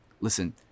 Listen